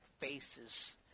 faces